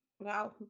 Wow